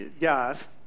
guys